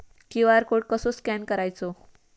QR code कसो scan करायचो?